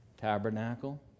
tabernacle